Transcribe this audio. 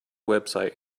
website